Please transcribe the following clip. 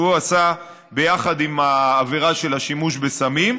שהוא עשה ביחד עם העבירה של השימוש בסמים.